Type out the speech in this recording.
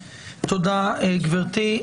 תודה, גברתי.